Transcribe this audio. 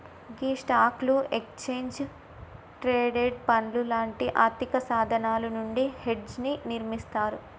గీ స్టాక్లు, exchange traded పండ్లు లాంటి ఆర్థిక సాధనాలు నుండి హెడ్జ్ ని నిర్మిస్తారు